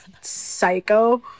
psycho